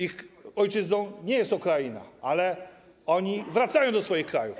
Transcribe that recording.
Ich ojczyzną nie jest Ukraina, oni wracają do swoich krajów.